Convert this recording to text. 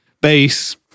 bass